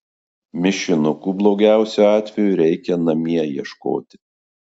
mišinukų blogiausiu atveju reikia namie ieškoti